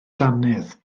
dannedd